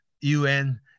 UN